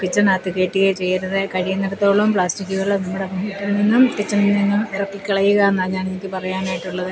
കിച്ചണിന് അകത്ത് കയറ്റുകയെ ചെയ്യരുത് കഴിയുന്നിടത്തോളം പ്ലാസ്റ്റിക്കുകൾ നമ്മുടെ വീട്ടിൽ നിന്നും കിച്ചണിൽ നിന്നും നിർത്തികളയുക എന്നാണ് ഞാൻ നിങ്ങൾക്ക് പറയാനായിട്ടുള്ളത്